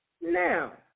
Now